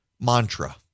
mantra